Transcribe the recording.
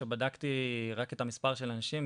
כשבדקתי את המספר של האנשים,